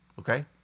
Okay